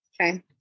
okay